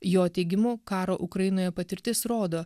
jo teigimu karo ukrainoje patirtis rodo